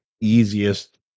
easiest